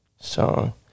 song